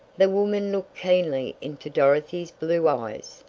the woman looked keenly into dorothy's blue eyes.